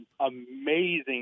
amazing